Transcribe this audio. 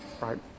Right